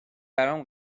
برام